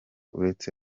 uretse